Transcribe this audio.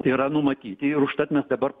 yra numatyti ir užtat mes dabar